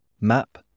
Map